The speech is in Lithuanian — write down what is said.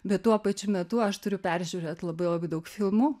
bet tuo pačiu metu aš turiu peržiūrėt labai labai daug filmų